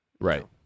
Right